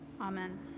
Amen